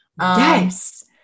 Yes